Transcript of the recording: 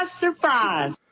surprise